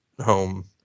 home